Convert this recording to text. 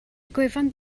gwefan